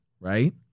right